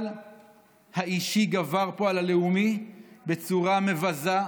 אבל האישי גבר פה על הלאומי בצורה מבזה,